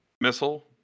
missile